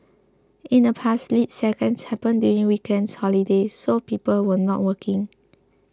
in the past leap seconds happened during weekends holidays so people were not working